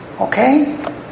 Okay